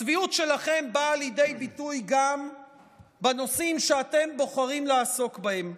הצביעות שלכם באה לידי ביטוי גם בנושאים שאתם בוחרים לעסוק בהם.